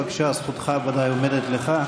בבקשה, זכותך ודאי עומדת לך.